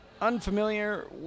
unfamiliar